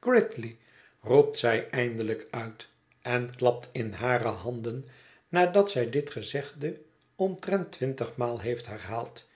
gridley roept zij eindelijk uit en klapt in hare handen nadat zij dit gezegde omtrent twintigmaal heeft herhaald